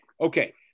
Okay